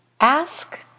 ask